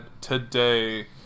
today